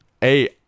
hey